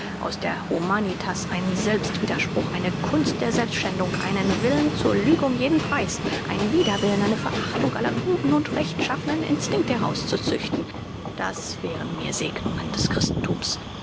aus der humanitas einen selbst widerspruch eine kunst der selbstschändung einen willen zur lüge um jeden preis einen widerwillen eine verachtung aller guten und rechtschaffnen instinkte herauszuzüchten das wären mir segnungen des christenthums